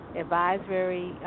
advisory